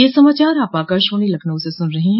ब्रे क यह समाचार आप आकाशवाणी लखनऊ से सुन रहे हैं